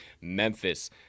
Memphis